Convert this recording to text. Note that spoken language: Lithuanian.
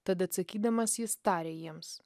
tad atsakydamas jis tarė jiems